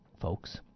folks